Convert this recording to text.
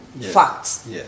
facts